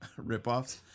ripoffs